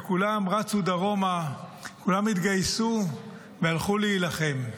וכולם רצו דרומה, כולם התגייסו והלכו להילחם.